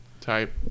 type